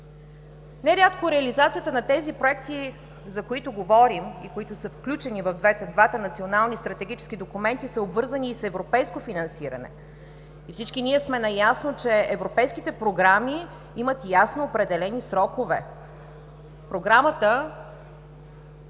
Нерядко реализацията на тези проекти, за които говорим, и които са включени в двата национални стратегически документа, са обвързани и с европейско финансиране, и всички ние сме наясно, че европейските програми имат ясно определени срокове. Програмата